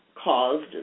caused